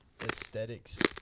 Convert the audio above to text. aesthetics